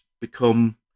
become